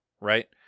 right